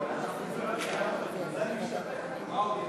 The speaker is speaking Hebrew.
ההצעה להעביר את הצעת חוק לתיקון פקודת העיריות